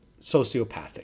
sociopathic